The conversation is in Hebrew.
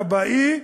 תב"עי,